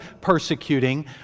persecuting